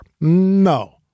No